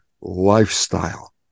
lifestyle